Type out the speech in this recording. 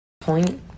point